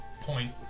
point